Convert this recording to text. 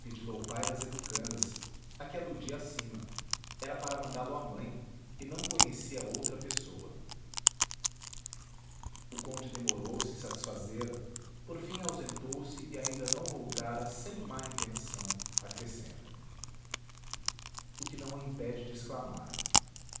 ao pai das educandas a que aludi acima era para mandá-lo à mãe e não conhecia outra pessoa o conde demorou-se em satisfazê-la por fim ausentou se e ainda não voltara sem má intenção acrescenta o que não a impede de exclamar